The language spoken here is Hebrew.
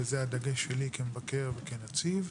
וזה הדגש שלי כמבקר ונציב.